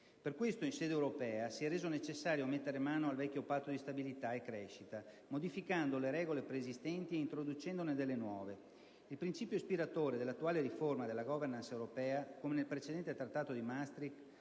Per questo, in sede europea si è reso necessario mettere mano al vecchio Patto di stabilità e crescita modificando le regole preesistenti e introducendone delle nuove. Il principio ispiratore dell'attuale riforma della *governance* europea, come nel precedente Trattato di Maastricht,